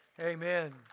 Amen